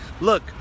Look